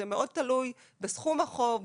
זה מאוד תלוי בסכום החוב,